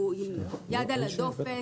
אנחנו עם יד על הדופק.